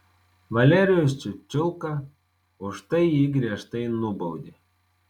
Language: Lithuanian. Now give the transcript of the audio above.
valerijus čiučiulka už tai jį griežtai nubaudė